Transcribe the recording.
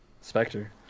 Spectre